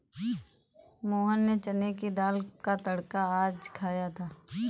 मोहन ने चने की दाल का तड़का आज खाया था